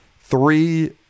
three